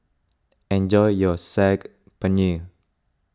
enjoy your Saag Paneer